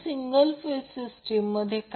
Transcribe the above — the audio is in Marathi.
जर X 0 असेल तर ते पूर्णपणे रेजिस्टीव्ह लोड आहे